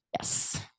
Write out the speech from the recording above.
Yes